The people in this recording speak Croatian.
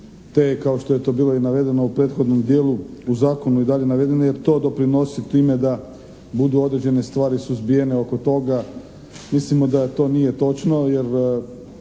te kao što je to bilo i navedeno u prethodnom dijelu u Zakonu i dalje navedene jer to doprinosi time da budu određene stvari suzbijene oko toga. Mislimo da to nije točno jer